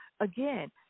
again